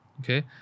Okay